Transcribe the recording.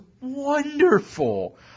wonderful